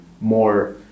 more